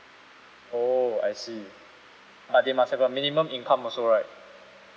oh I see but they must have a minimum income also right